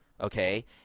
okay